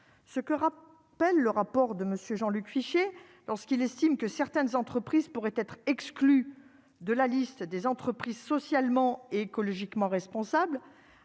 ce qu'Europe peine le rapport de monsieur Jean-Luc Fichet lorsqu'il estime que certaines entreprises pourraient être exclus de la liste des entreprises socialement et écologiquement responsable